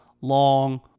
long